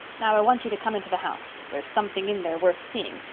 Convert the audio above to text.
now, i want you to come into the house. there's something in there worth seeing.